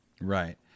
Right